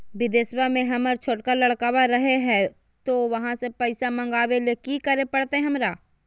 बिदेशवा में हमर छोटका लडकवा रहे हय तो वहाँ से पैसा मगाबे ले कि करे परते हमरा?